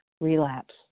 relapse